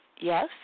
yes